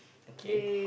okay